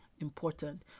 important